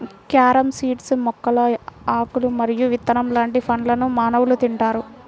carom seeds మొక్కల ఆకులు మరియు విత్తనం లాంటి పండ్లను మానవులు తింటారు